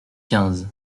quinze